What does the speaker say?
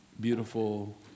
beautiful